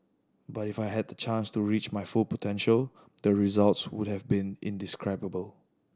but if I had the chance to reach my full potential the results would have been indescribable